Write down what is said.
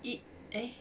it eh